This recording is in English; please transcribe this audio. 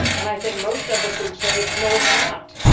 and i think most of us would say, no, it's not.